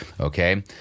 okay